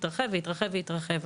התרחב והתרחב והתרחב.